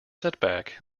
setback